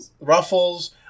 ruffles